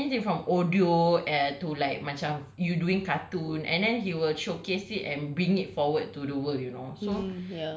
it can be anything from audio err to like macam you doing cartoon and then he will showcase it and bring it forward to the world you know